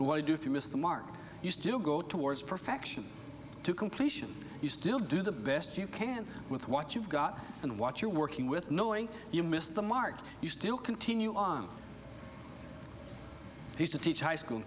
why do three miss the mark you still go towards perfection to completion you still do the best you can with what you've got and what you're working with knowing you missed the mark you still continue on to teach high school